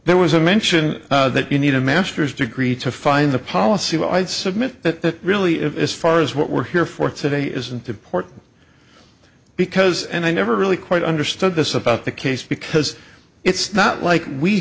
there was a mention that you need a master's degree to find the policy but i'd submit that really is as far as what we're here for today isn't important because and i never really quite understood this about the case because it's not like we